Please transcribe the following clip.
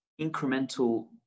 incremental